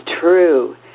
true